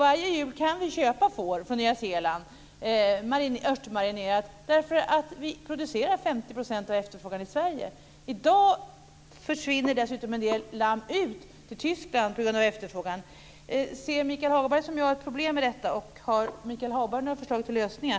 Varje jul kan vi köpa får, t.ex. örtmarinerat, från Nya Zeeland därför att vi producerar 50 % av efterfrågan i Sverige. I dag försvinner dessutom en del lamm till Tyskland på grund av efterfrågan. Ser Michael Hagberg, som jag, ett problem med detta och har han några förslag till lösningar?